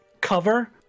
cover